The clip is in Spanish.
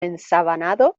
ensabanado